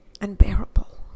unbearable